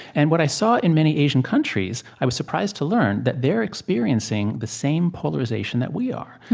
and what i saw in many asian countries, i was surprised to learn that they're experiencing the same polarization that we are.